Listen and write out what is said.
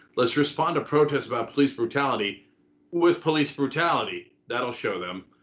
let's respond to protests about police brutality with police brutality. that'll show them.